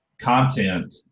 content